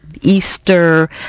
Easter